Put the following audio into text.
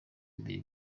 imbere